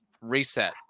reset